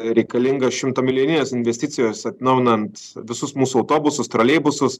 reikalingos šimtamilijoninės investicijos atnaujinant visus mūsų autobusus troleibusus